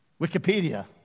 Wikipedia